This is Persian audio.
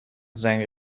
زنگ